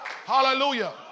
Hallelujah